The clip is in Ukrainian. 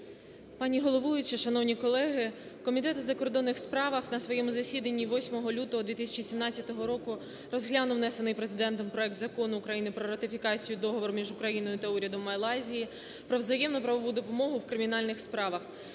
Пані головуюча, шановні колеги! Комітет у закордонних справах на своєму засіданні 8 лютого 2017 року розглянув внесений Президентом проект Закону України про ратифікацію Договору між Україною та урядом Малайзії про взаємну правову допомогу у кримінальних справах